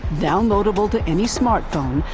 downloadable to any smartphone,